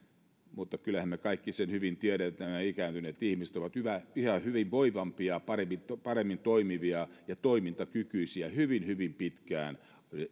mutta kyllähän me kaikki hyvin tiedämme että nämä ikääntyneet ihmiset ovat yhä hyvinvoivampia paremmin toimivia ja toimintakykyisiä hyvin hyvin pitkään